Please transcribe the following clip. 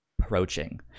approaching